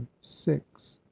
six